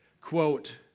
quote